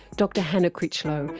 dr hannah critchlow,